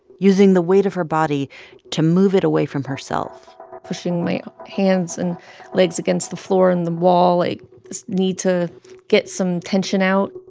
using the weight of her body to move it away from herself pushing my hands and legs against the floor and the wall. like, i just need to get some tension out